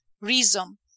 reason